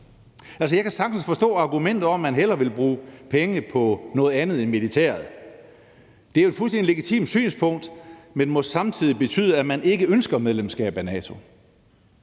Jeg kan sagtens forstå argumentet om, at man hellere vil bruge penge på noget andet end militæret. Det er et fuldstændig legitimt synspunkt, men det må samtidig betyde, at man ikke ønsker medlemskab af NATO.